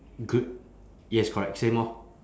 good yes correct same orh